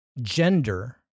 gender